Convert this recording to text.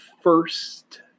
first